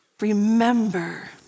Remember